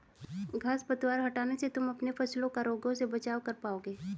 घांस पतवार हटाने से तुम अपने फसलों का रोगों से बचाव कर पाओगे